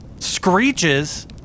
screeches